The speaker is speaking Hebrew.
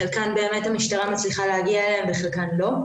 לחלקן המשטרה מצליחה להגיע ולחלקן לא.